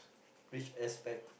which aspect